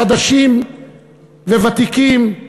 חדשים וותיקים,